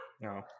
No